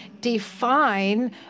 define